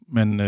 Men